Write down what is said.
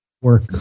work